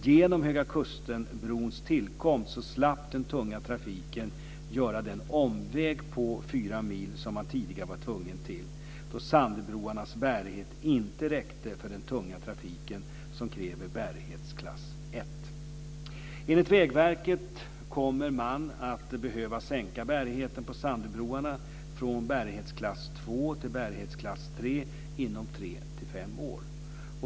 Genom Höga kusten-brons tillkomst slapp den tunga trafiken göra den omväg på fyra mil som man tidigare var tvungen till, då Sandöbroarnas bärighet inte räckte för den tunga trafiken, som kräver bärighetsklass 1. Enligt Vägverket kommer man att behöva sänka bärigheten på Sandöbroarna från bärighetsklass 2 till bärighetsklass 3 inom tre-fem år.